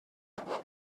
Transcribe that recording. شوم